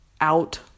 out